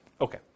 Okay